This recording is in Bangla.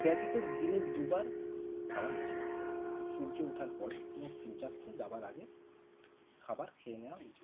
ব্যতীত দিনে দু বার খাওয়া উচিত সূর্য ওঠার পরে এবং সূর্যাস্ত যাওয়ার আগে খাবার খেয়ে নেওয়া উচিত